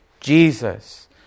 Jesus